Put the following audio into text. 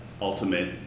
ultimate